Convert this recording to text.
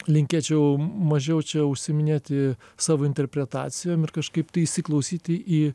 linkėčiau mažiau čia užsiiminėti savo interpretacijom ir kažkaip tai įsiklausyti į